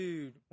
Dude